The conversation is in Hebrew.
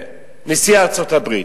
נשיא ארצות-הברית?